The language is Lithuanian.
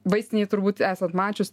vaistinėj turbūt esat mačius